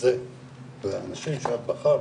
הזה והאשים שאת בחרת